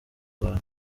abantu